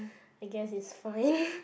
I guess is fine